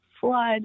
flood